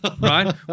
right